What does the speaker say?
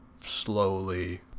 slowly